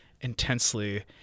intensely